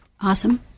Awesome